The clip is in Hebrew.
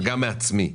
וגם מעצמי,